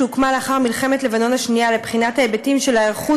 שהוקמה לאחר מלחמת לבנון השנייה לבחינת ההיבטים של ההיערכות